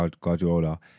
Guardiola